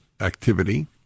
activity